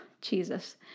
Jesus